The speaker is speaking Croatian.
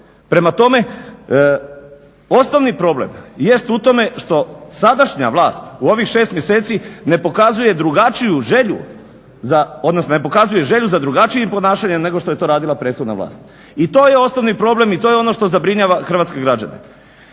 Prema tome, osnovni problem jest u tome što sadašnja vlast u ovih 6 mjeseci ne pokazuje drugačiju želju odnosno ne pokazuje želju za drugačijim ponašanjem nego što je to radila prethodna vlast. I to je osnovni problem i to je ono što zabrinjava hrvatske građane.